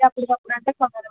మళ్ళీ అప్పటికప్పుడు అంటే కుదరవు